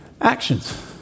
actions